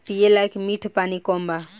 पिए लायक मीठ पानी कम बा